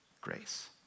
grace